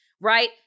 right